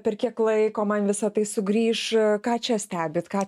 per kiek laiko man visa tai sugrįš ką čia stebit ką